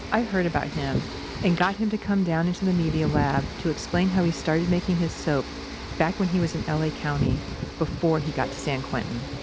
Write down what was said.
i heard about him and got him to come down into the media lab to explain how he started making his soap back when he was in l a. county before he got to san quentin